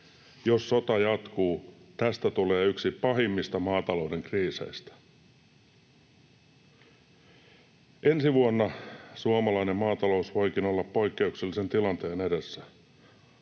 ”Jos sota jatkuu, tästä tulee yksi pahimmista maatalouden kriiseistä. Ensi vuonna suomalainen maatalous voikin olla poikkeuksellisen tilanteen edessä.”